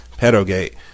pedogate